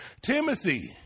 Timothy